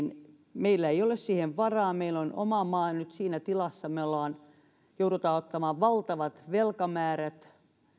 meillä ei ole siihen varaa meillä on oma maa nyt siinä tilassa että me joudumme ottamaan valtavat velkamäärät ja